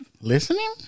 listening